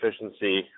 efficiency